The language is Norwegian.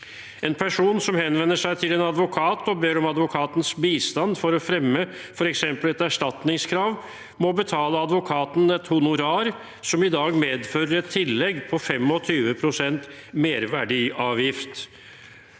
En person som henvender seg til en advokat og ber om advokatens bistand for å fremme f.eks. et erstatningskrav, må betale advokaten et honorar som i dag medfører et tillegg på 25 pst. merverdiavgift.